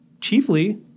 Chiefly